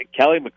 Kelly